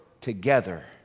together